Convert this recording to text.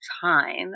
time